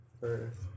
First